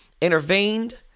intervened